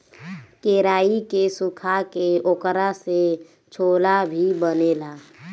केराई के सुखा के ओकरा से छोला भी बनेला